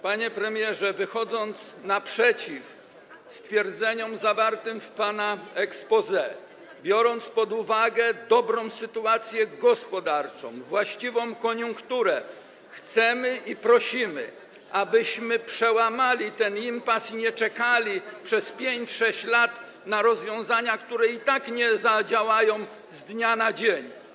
Panie premierze, wychodząc naprzeciw stwierdzeniom zawartym w pana exposé i biorąc pod uwagę dobrą sytuację gospodarczą, właściwą koniunkturę, chcemy - i prosimy o to - przełamać ten impas i nie czekać przez 5–6 lat na rozwiązania, które i tak nie zadziałają z dnia na dzień.